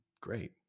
great